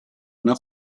una